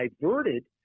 diverted